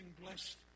blessed